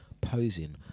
posing